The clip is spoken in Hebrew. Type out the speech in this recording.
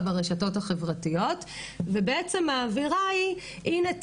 ברשתות החברתיות ובעצם האווירה היא הנה,